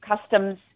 customs